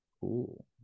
Cool